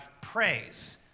praise